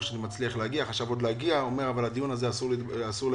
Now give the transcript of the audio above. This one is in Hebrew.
שהוא מצליח להגיע הבוקר אבל את הדיון הזה אסור לבטל.